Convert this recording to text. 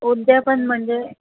उद्द्यापन म्हणजे